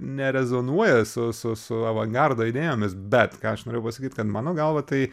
nerezonuoja su su su avangardo idėjomis bet ką aš norėjau pasakyt kad mano galva tai